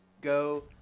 go